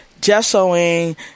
gessoing